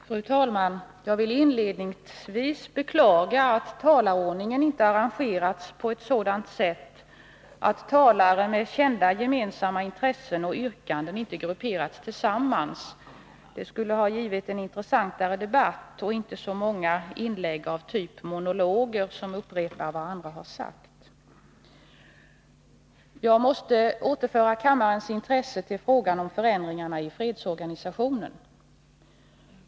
Fru talman! Jag vill inledningsvis beklaga att talarordningen inte arrangerats på ett sådant sätt att talare med kända gemensamma yrkanden och intressen grupperas tillsammans. Det skulle ha givit en intressantare debatt och inte så många inlägg av typ monologer som upprepar vad andra sagt. Jag måste återföra kammarens intresse till frågan om förändringarna i fredsorganisationen.